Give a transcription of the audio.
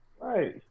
Right